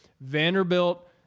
Vanderbilt